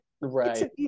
right